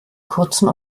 kurzen